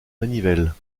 manivelle